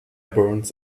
burns